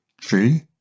tree